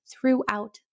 throughout